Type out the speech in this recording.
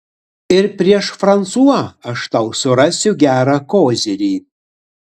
ir prieš fransua aš tau surasiu gerą kozirį